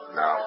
no